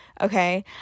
okay